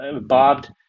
bobbed